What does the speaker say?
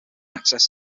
access